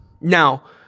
Now